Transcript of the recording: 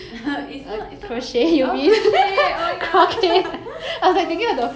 it's not it's not croquette oh crochet oh ya !oops!